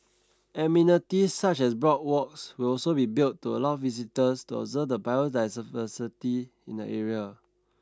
amenities such as boardwalks will also be built to allow visitors to observe the biodiversity in the area